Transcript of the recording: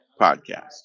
Podcast